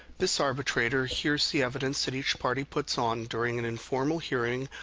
this arbitrator hears the evidence that each party puts on during an informal hearing,